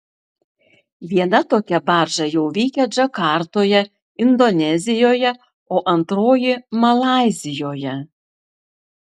viena tokia barža jau veikia džakartoje indonezijoje o antroji malaizijoje